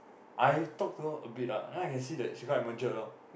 I talk to her a bit ah then I can see that she quite matured lor